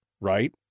right